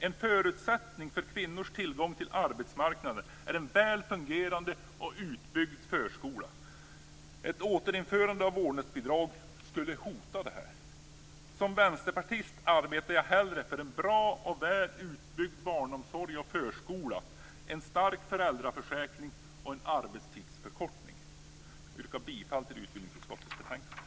En förutsättning för kvinnors tillgång till arbetsmarknaden är en väl fungerande och utbyggd förskola. Ett återinförande av vårdnadsbidrag skulle hota detta. Som vänsterpartist arbetar jag hellre för en bra och väl utbyggd barnomsorg och förskola, en stark föräldraförsäkring och en arbetstidsförkortning. Jag yrkar bifall till hemställan i utbildningsutskottets betänkande.